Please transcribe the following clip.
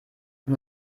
man